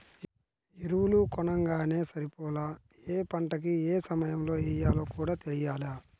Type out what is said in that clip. ఎరువులు కొనంగానే సరిపోలా, యే పంటకి యే సమయంలో యెయ్యాలో కూడా తెలియాల